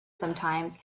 sometimes